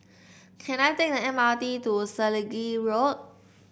can I take the M R T to Selegie Road